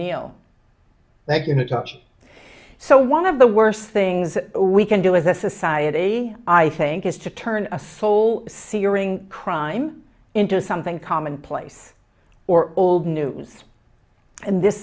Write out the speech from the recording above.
natasha so one of the worst things that we can do as a society i think is to turn a full searing crime into something commonplace or old news and this